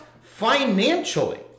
financially